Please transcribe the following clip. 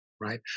right